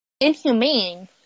inhumane